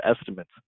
estimates